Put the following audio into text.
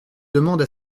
demande